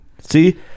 See